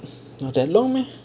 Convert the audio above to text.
is that long meh